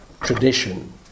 tradition